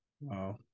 Wow